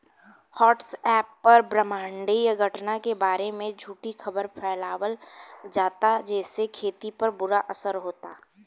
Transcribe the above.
WhatsApp पर ब्रह्माण्डीय घटना के बारे में झूठी खबर फैलावल जाता जेसे खेती पर बुरा असर होता